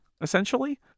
essentially